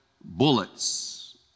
bullets